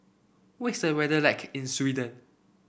what is the weather like in Sweden